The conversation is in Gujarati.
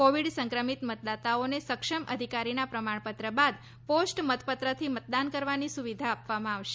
કોવિડ સંક્રમિત મતદાતાઓને સક્ષમ અધિકારીનાં પ્રમાણપત્ર બાદ પોસ્ટ મતપત્રથી મતદાન કરવાની સુવિધા આપવામાં આવશે